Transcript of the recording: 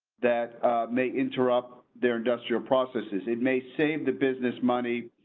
that may interrupt their industrial processes. it may save the business money.